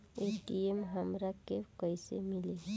ATM हमरा के कइसे मिली?